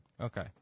Okay